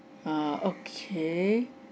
uh okay